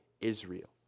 Israel